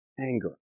anger